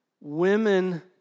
Women